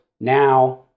Now